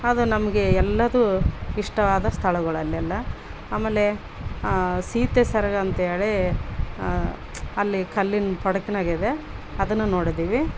ಅದು ನಮಗೆ ಎಲ್ಲದು ಇಷ್ಟವಾದ ಸ್ಥಳಗಳು ಅಲ್ಲೆಲ್ಲ ಆಮೇಲೆ ಸೀತೆಸರ್ಗ ಅಂತ್ಹೇಳಿ ಅಲ್ಲಿ ಕಲ್ಲಿನ ಪಡ್ಕಾನಾಗಿದೆ ಅದನ್ನ ನೋಡಿದ್ದೀವಿ